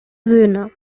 söhne